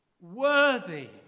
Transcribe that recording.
Worthy